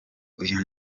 uyu